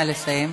נא לסיים.